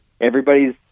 everybody's